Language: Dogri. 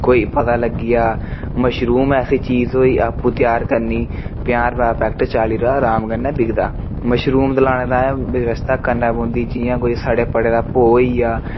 कोई पता लग्गी जा मशरूम ऐसी चीज़ होई आपूं त्यार करनी पन्जाह् रपेऽ दा पैकेट चाली रपेऽ च अराम कन्नै बिकदा मशरूम लाने ताईं व्यवस्था करनी पौंदी जियां कोई सड़े पड़े दा भौऽ होई गेआ